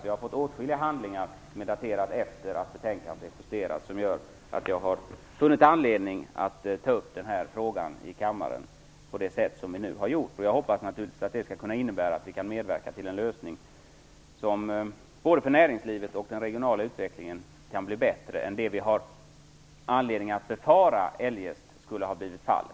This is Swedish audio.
Jag har fått åtskilliga handlingar som är daterade efter det att betänkandet justerades som gör att jag har funnit anledning att ta upp den här frågan i kammaren på det sätt som nu har gjorts. Jag hoppas naturligtvis att det skall kunna innebära att vi kan medverka till en lösning som både för näringslivet och den regionala utvecklingen kan bli bättre än det vi har anledning att befara eljest skulle ha blivit fallet.